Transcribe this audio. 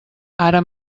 ara